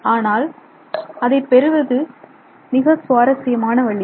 ஆனால் அதை பெறுவது மிக சுவாரஸ்யமான வழி